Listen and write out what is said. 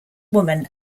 woman